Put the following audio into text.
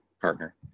partner